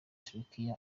turkey